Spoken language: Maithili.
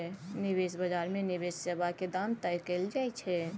निबेश बजार मे निबेश सेबाक दाम तय कएल जाइ छै